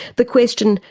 the question,